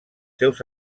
seus